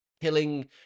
killing